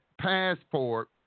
passport